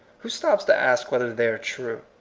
who stops to ask whether they are true?